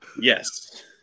Yes